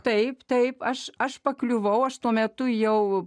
taip taip aš aš pakliuvau aš tuo metu jau